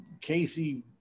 Casey